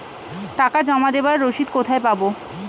টাকা জমা দেবার রসিদ কোথায় পাব?